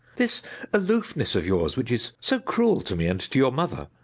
this aloofness of yours which is so cruel to me and to your mother,